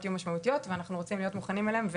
יהיו משמעותיות ואנחנו רוצים להיות מוכנים אליהן,